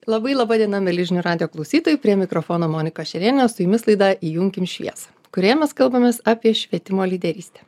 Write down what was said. labai laba diena mieli žinių radijo klausytojai prie mikrofono monika šėrienė su jumis laida įjunkim šviesą kurioje mes kalbamės apie švietimo lyderystę